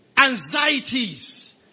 anxieties